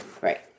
Right